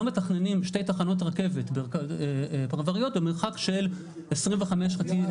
לא מתכננים שתי תחנות רכבת פרבריות במרחק של 25 דקות,